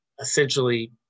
essentially